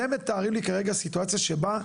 אתם מתארים לי כרגע סיטואציה שבה,